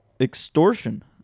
extortion